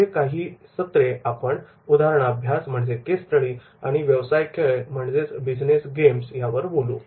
पुढील काही सत्रे केस स्टडी उदाहरणाभ्यास आणि बिजनेस गेम्स व्यवसाय खेळ यावर आपण बोलू